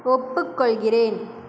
ஒப்புக்கொள்கிறேன்